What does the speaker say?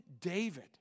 David